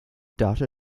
data